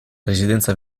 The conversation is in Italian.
residenza